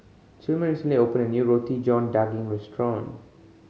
Tilman recently opened a new Roti John Daging restaurant